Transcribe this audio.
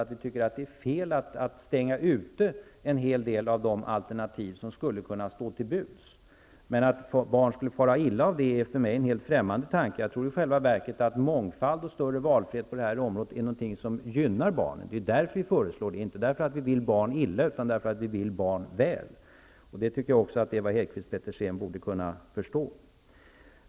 Det är fel att stänga ute en hel del av de alternativ som skulle kunna stå till buds. Det är för mig en helt främmande tanke att barn skulle fara illa av sådant. I själva verket är mångfald och större frihet något som gynnar barnen. Det är därför vi har lagt fram dessa förslag -- inte för att vi vill barn illa, utan för att vi vill barn väl. Det borde Ewa Hedkvist Petersen kunna förstå.